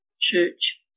church